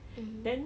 mmhmm